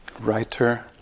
writer